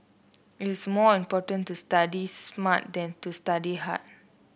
it is more important to study smart than to study hard